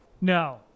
No